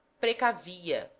precavia.